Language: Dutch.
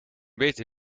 beter